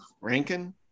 Rankin